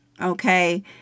okay